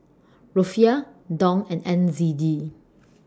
Rufiyaa Dong and N Z D